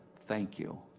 thank you.